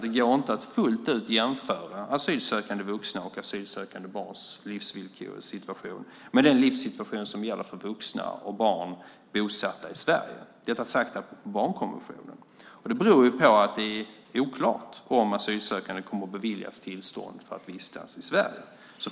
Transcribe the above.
Det går inte att fullt ut jämföra asylsökande vuxnas och asylsökande barns livssituation med den livssituation som gäller för vuxna och barn som är bosatta i Sverige. Detta sagt apropå barnkonventionen. Det beror på att det är oklart om asylsökande kommer att beviljas tillstånd att vistas i Sverige.